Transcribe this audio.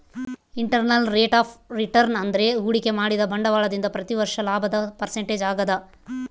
internal rate of return ಅಂದ್ರೆ ಹೂಡಿಕೆ ಮಾಡಿದ ಬಂಡವಾಳದಿಂದ ಪ್ರತಿ ವರ್ಷ ಲಾಭದ ಪರ್ಸೆಂಟೇಜ್ ಆಗದ